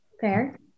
Fair